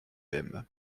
aimes